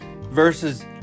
versus